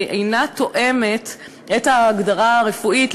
אינה תואמת את ההגדרה הרפואית,